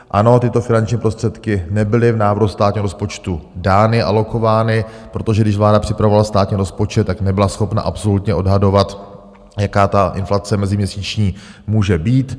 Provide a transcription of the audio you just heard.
Ano, tyto finanční prostředky nebyly v návrhu státního rozpočtu dány, alokovány, protože když vláda připravovala státní rozpočet, tak nebyla schopna absolutně odhadovat, jaká ta inflace meziměsíční může být.